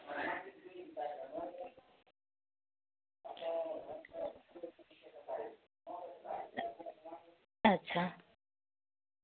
ᱟᱪᱪᱷᱟ